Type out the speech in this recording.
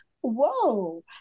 whoa